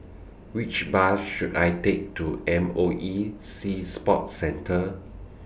Which Bus should I Take to M O E Sea Sports Centre